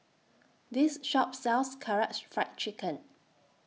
This Shop sells Karaage Fried Chicken